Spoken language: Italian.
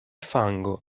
fango